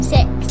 Six